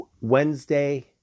Wednesday